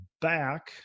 back